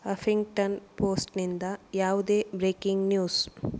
Huffington ಪೋಸ್ಟ್ನಿಂದ ಯಾವುದೇ breaking news